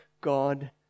God